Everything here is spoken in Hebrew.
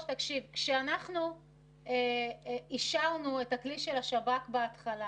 כשאנחנו אישרנו את הכלי של השב"כ בהתחלה